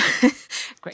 Great